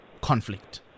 conflict